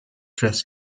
dress